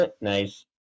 Nice